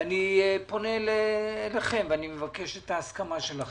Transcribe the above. אני פונה אליכם ומבקש את ההסכמה שלכם,